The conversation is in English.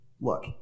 Look